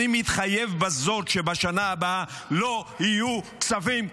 ואני מתחייב בזאת שבשנה הבאה לא יהיו כספים קואליציוניים.